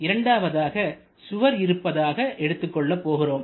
இரண்டாவதாக சுவர் இருப்பதாக எடுத்துக் கொள்ளப் போகிறோம்